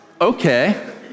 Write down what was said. okay